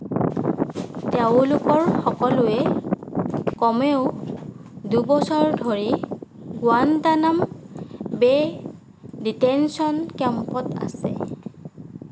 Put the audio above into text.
তেওঁলোকৰ সকলোৱে কমেও দুবছৰ ধৰি গুৱান্তানাম' বে ডিটেনশ্যন কেম্পত আছে